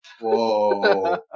Whoa